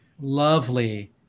lovely